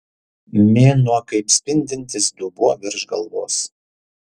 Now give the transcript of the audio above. mėnuo kaip spindintis dubuo virš galvos